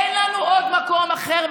אין לנו עוד מקום אחר,